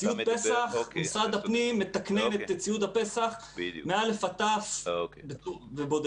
משרד הפנים מתקנן את ציוד הפס"ח מאל"ף עד תי"ו ובודק.